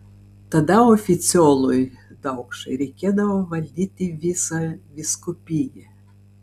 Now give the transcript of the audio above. tada oficiolui daukšai reikėdavo valdyti visą vyskupiją